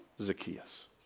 Zacchaeus